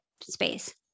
space